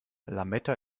lametta